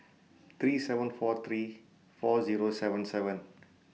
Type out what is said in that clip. three seven four three four Zero seven seven